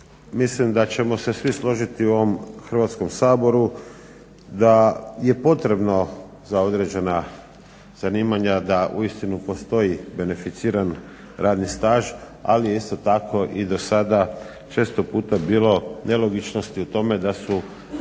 mislim da ćemo se svi složiti u ovom Hrvatskom saboru da je potrebno za određena zanimanja da uistinu postoji beneficiran radni staž, ali isto tako i do sada je često puta bilo nelogičnosti u tome da su